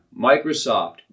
Microsoft